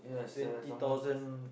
twenty thousand